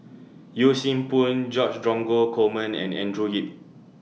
Yee Siew Pun George Dromgold Coleman and Andrew Yip